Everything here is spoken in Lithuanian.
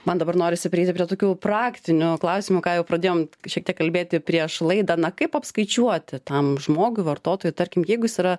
man dabar norisi prieiti prie tokių praktinių klausimų ką jau pradėjom šiek tiek kalbėti prieš laidą na kaip apskaičiuoti tam žmogui vartotojui tarkim jeigu jis yra